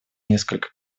несколько